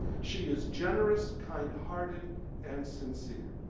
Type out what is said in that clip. she is generous, kind-hearted and sincere.